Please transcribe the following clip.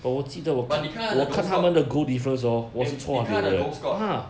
but 你看他的 goal score 没有你看他的 goal score